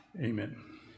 amen